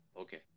Okay